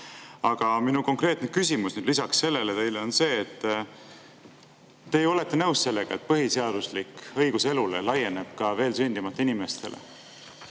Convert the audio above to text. Aga minu konkreetne küsimus lisaks sellele on teile see. Te ju olete nõus, et põhiseaduslik õigus elule laieneb ka veel sündimata inimestele,